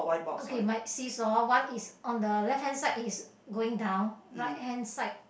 okay my seasaw one is on the left hand side is going down right hand side